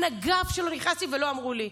אין אגף שלא נכנסתי אליהם ולא אמרו לי.